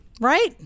Right